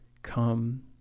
Come